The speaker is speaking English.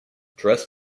dress